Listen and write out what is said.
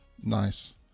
Nice